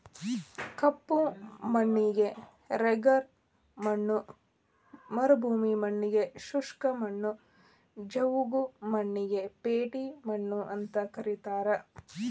ಕಪ್ಪು ಮಣ್ಣಿಗೆ ರೆಗರ್ ಮಣ್ಣ ಮರುಭೂಮಿ ಮಣ್ಣಗೆ ಶುಷ್ಕ ಮಣ್ಣು, ಜವುಗು ಮಣ್ಣಿಗೆ ಪೇಟಿ ಮಣ್ಣು ಅಂತ ಕರೇತಾರ